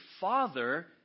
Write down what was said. Father